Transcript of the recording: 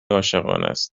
عاشقانست